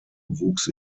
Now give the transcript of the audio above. wuchs